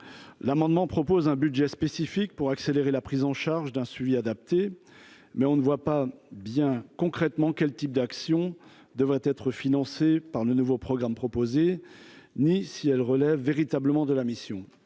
l'amendement propose un budget spécifique pour accélérer la prise en charge d'un suivi adapté, mais on ne voit pas bien concrètement, quel type d'action devrait être financé par le nouveau programme proposé, ni si elle relève véritablement de la mission,